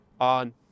on